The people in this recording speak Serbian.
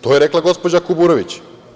To je rekla gospođa Kuburović.